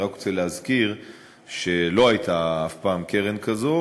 אני רק רוצה להזכיר שלא הייתה אף פעם קרן כזאת.